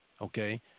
okay